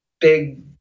big